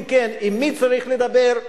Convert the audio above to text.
ואם כן עם מי צריך לדבר.